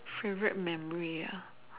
favourite memory ah